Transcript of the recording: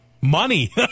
Money